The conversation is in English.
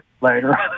later